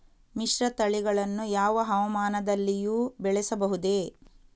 ಮಿಶ್ರತಳಿಗಳನ್ನು ಯಾವ ಹವಾಮಾನದಲ್ಲಿಯೂ ಬೆಳೆಸಬಹುದೇ?